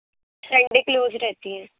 Sunday close رہتی ہے